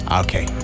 Okay